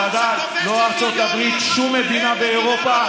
בוודאי לא ארצות הברית, ושום מדינה באירופה.